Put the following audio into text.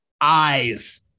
eyes